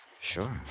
Sure